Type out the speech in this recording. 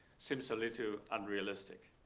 seems a little unrealistic.